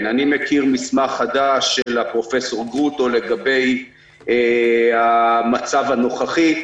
אני מכיר מסמך חדש של פרופ' גרוטו לגבי המצב הנוכחי.